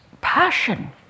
passion